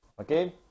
Okay